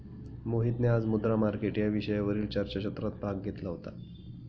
मोहितने आज मुद्रा मार्केट या विषयावरील चर्चासत्रात भाग घेतला होता